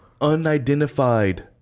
Unidentified